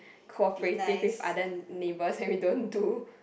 cognitively are then neighbors and we don't do